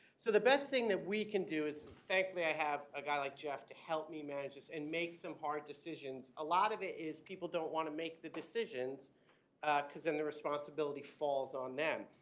so the best thing that we can do is thankfully i have a guy like jeff to help me manage this and make some hard decisions. a lot of it is people don't want to make the decisions because then the responsibility falls on them.